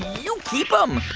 you keep um